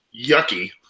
yucky